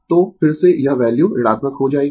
तो फिर से यह वैल्यू ऋणात्मक हो जाएगी